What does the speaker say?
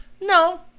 No